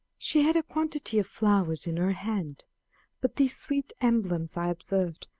she had a quantity of flowers in her hand but these sweet emblems, i observed,